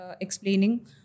explaining